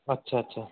ਅੱਛਾ ਅੱਛਾ